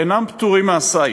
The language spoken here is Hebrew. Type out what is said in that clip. אינם פטורים מהסיף,